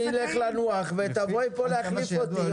אני אלך לנוח ותבואי פה להחליף אותי,